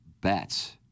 bats